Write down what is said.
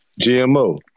GMO